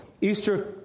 Easter